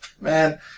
Man